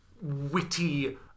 witty